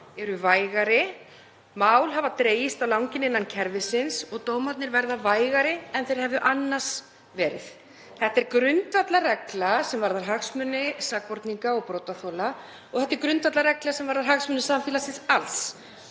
eru vægari, mál hafa dregist á langinn innan kerfisins og dómarnir verða vægari en þeir hefðu annars orðið. Þetta er grundvallarregla sem varðar hagsmuni sakborninga og brotaþola og þetta er grundvallarregla sem varðar hagsmuni samfélagsins alls.